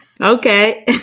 Okay